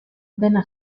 dena